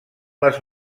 les